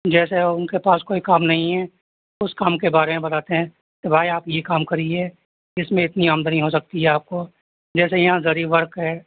جیسے ان کے پاس کوئی کام نہیں ہے اس کام کے بارے میں بتاتے ہیں کہ بھائی آپ یہ کام کریے اس میں اتنی آمدنی ہو سکتی ہے آپ کو جیسے یہاں زری ورک ہے